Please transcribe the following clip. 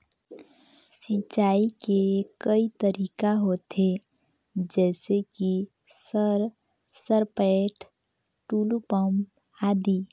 सिंचाई के कई तरीका होथे? जैसे कि सर सरपैट, टुलु पंप, आदि?